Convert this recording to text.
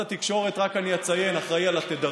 אני רק אציין שמשרד התקשורת אחראי לתדרים,